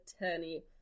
Attorney